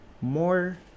more